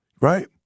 right